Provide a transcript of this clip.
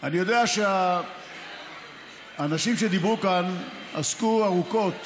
אני יודע שהאנשים שדיברו כאן עסקו ארוכות